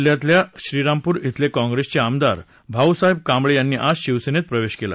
अहमदनगर जिल्ह्यातल्या श्रीरामपूर इथले काँप्रेसचे आमदार भाऊसाहेब कांबळे यांनी आज शिवसेनेत प्रवेश केला